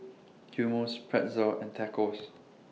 Hummus Pretzel and Tacos